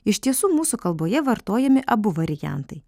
iš tiesų mūsų kalboje vartojami abu variantai